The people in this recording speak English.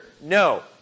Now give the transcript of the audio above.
No